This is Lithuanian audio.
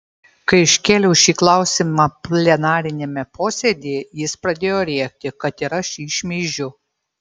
kai iškėliau šį klausimą plenariniame posėdyje jis pradėjo rėkti kad ir aš jį šmeižiu